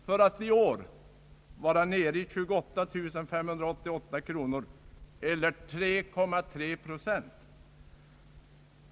I år är man nere i 28 588 kronor eller 3,3 procent.